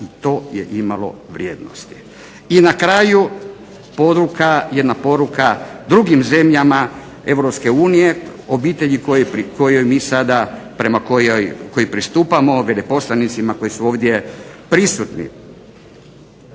da to je imalo vrijednosti. I na kraju jedna poruka drugim zemljama Europske unije, obitelji kojoj mi sada prema kojoj pristupamo veleposlanicima koji su ovdje prisutni.